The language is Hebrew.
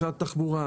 משרד התחבורה,